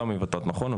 אתה מות"ת נכון,